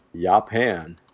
Japan